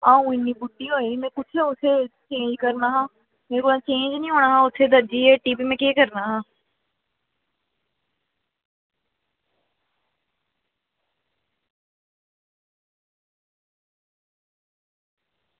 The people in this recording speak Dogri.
अंऊ इन्नी बुड्ढी होई में कुसी कुसी ठीक करना हा में उत्थें सीह्न निं होना हा ना उत्थें दर्ज़ियें दी हट्टी